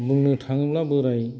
बुंनो थाङोब्ला बोराय